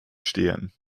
stehen